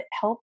help